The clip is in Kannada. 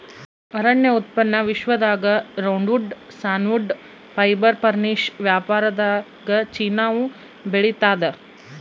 ಅರಣ್ಯ ಉತ್ಪನ್ನ ವಿಶ್ವದಾಗ ರೌಂಡ್ವುಡ್ ಸಾನ್ವುಡ್ ಫೈಬರ್ ಫರ್ನಿಶ್ ವ್ಯಾಪಾರದಾಗಚೀನಾವು ಬೆಳಿತಾದ